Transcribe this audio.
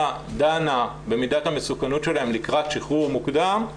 דנה במידת המסוכנות שלהם לקראת שחרור מוקדם,